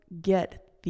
get